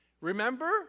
Remember